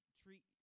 treat